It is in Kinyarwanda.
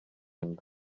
nda